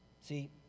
See